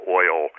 oil